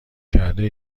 کرده